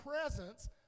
presence